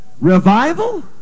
Revival